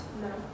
No